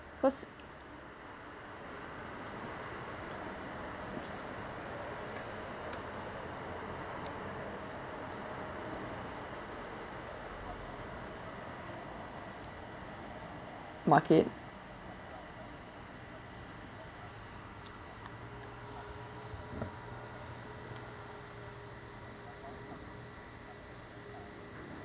cause market